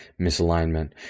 misalignment